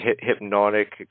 hypnotic